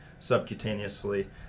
subcutaneously